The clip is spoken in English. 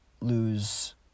lose